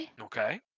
Okay